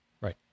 Right